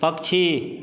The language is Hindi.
पक्षी